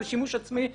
שימוש עצמי בסמים.